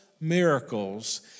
miracles